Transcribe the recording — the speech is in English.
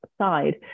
side